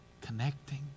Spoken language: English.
connecting